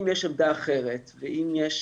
אם יש